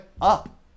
up